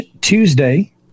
Tuesday